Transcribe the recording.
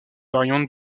variante